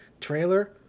trailer